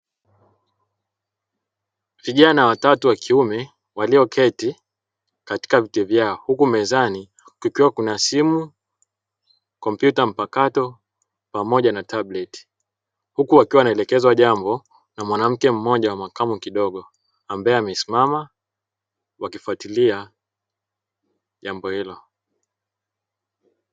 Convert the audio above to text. Vijana watatu wa kiume walikoketi katika viti vyao huku mezani kukiwa kuna simu, kompyuta mpakato pamoja na "tablet" huku wakiwa wanaelekezwa jambo na mwanamke mmoja wa makamo kidogo ambae amesimama wakifatilia jambo hilo.